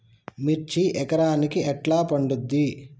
మిర్చి ఎకరానికి ఎట్లా పండుద్ధి?